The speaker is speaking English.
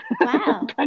Wow